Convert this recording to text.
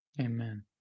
Amen